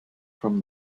from